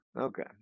Okay